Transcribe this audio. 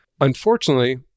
unfortunately